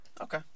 Okay